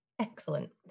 Excellent